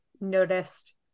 noticed